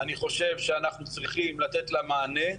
אני חושב שאנחנו צריכים לתת לה מענה,